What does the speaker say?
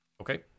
okay